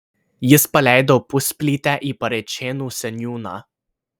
jis paleido pusplytę į parėčėnų seniūną